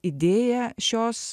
idėja šios